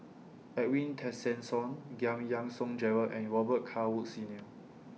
Edwin Tessensohn Giam Yean Song Gerald and Robet Carr Woods Senior